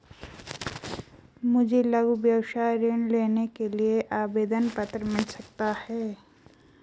मुझे लघु व्यवसाय ऋण लेने के लिए आवेदन पत्र मिल सकता है?